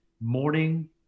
morning